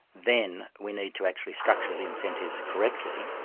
then we need to actually structure the incentives correctly,